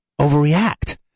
overreact